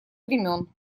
времён